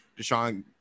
Deshaun –